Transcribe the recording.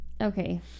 okay